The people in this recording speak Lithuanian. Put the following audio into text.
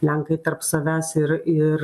lenkai tarp savęs ir ir